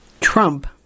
Trump